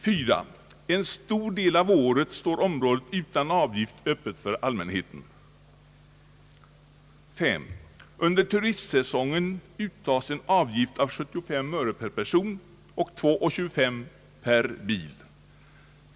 4) En stor del av året står området utan avgift öppet för allmänheten. 5) Under turistsäsong uttas en avgift av 75 öre per person och 2:25 per bil.